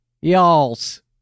y'alls